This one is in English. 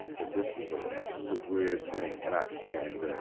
but this was a, this was a weird thing. and i, and, ah,